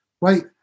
right